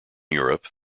europe